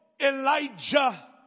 Elijah